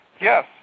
yes